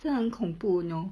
真很恐怖 you know